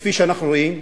כפי שאנחנו רואים,